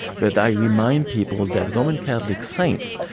but i remind people that roman catholic saints,